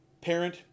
Parent